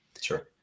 Sure